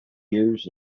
years